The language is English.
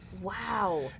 Wow